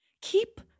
Keep